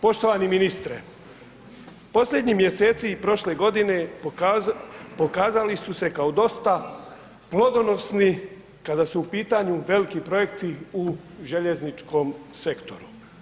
Poštovani ministre, posljednjih mjeseci prošle godine pokazali su se kao dosta plodonosni kada su u pitanju veliki projekti u željezničkom sektoru.